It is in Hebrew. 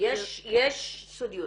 יש סודיות.